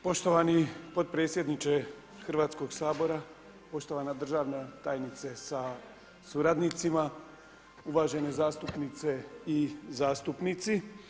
Poštovani potpredsjedniče Hrvatskog sabora, poštovana državna tajnice sa suradnicima, uvažene zastupnice i zastupnici.